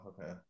Okay